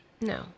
No